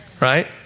right